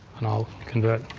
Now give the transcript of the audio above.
and i'll convert,